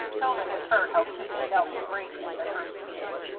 hilda had heard how pete had dealt with grady at their first meeting,